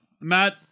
Matt